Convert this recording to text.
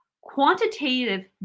Quantitative